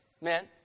men